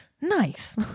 nice